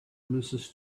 mrs